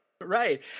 Right